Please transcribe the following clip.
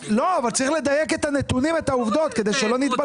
צריך לדייק את הנתונים ואת העובדות כדי שלא נתבלבל.